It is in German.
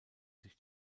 sich